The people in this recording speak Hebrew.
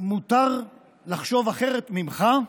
מותר לחשוב אחרת ממך,